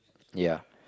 ya